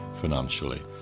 financially